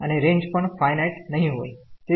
અને રેન્જ પણ ફાયનાઈટ નહિં હોય